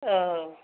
औ